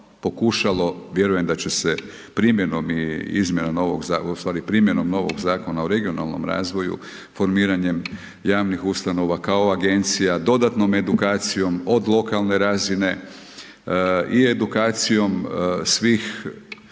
u stvari primjenom novog Zakona o regionalnom razvoju, formiranjem javnih ustanova kao Agencija, dodatnom edukacijom od lokalne razine i edukacijom svih vrsta,